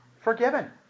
Forgiven